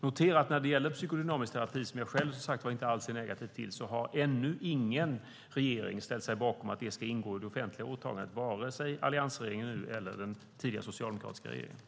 Notera att när det gäller psykodynamisk terapi, som jag själv som sagt inte alls är negativ till, har ännu ingen regering ställt sig bakom att det ska gå ingå i det offentliga åtagandet, vare sig alliansregeringen nu eller den tidigare socialdemokratiska regeringen.